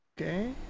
Okay